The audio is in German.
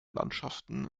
landschaften